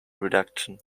reduction